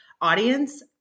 audience